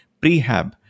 prehab